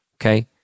okay